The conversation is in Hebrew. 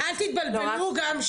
אל תתבלבלו גם,